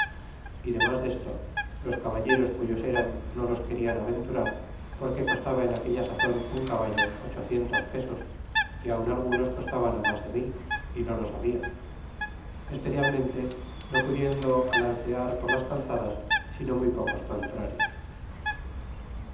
y demas desto los caballeros cuyos eran no los querian aventurar porque costaba en aquella sazon un caballo ochocientos pesos y aun algunos costaban mas de mil y no los habia especialmente no pudiendo alcancear por las calzadas sino muy pocos contrarios